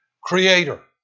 creator